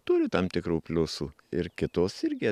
turi tam tikrų pliusų ir kitos irgi